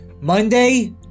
Monday